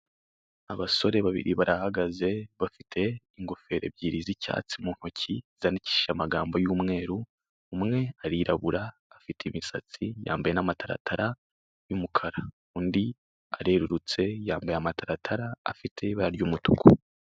Abasore babiri barahagaze, bafite ingofero ebyiri z'icyatsi mu ntoki zandikishije amagambo y'umweru, umwe arirabura, afite imisatsi, yambaye n'amataratara y'umukara. Undi arerurutse, yambaye amataratara, afite ibara ry'umutuku.